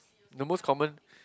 the most common